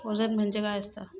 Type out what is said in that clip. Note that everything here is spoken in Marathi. वजन म्हणजे काय असता?